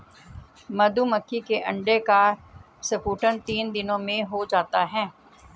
मधुमक्खी के अंडे का स्फुटन तीन दिनों में हो जाता है